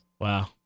Wow